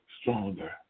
stronger